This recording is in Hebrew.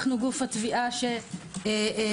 אנו גוף התביעה שתובע,